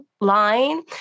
line